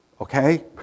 okay